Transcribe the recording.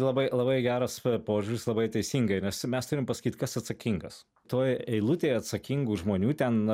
labai labai geras požiūris labai teisingai nes mes turim pasakyt kas atsakingas toj eilutėj atsakingų žmonių ten